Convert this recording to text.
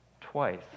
twice